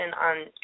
on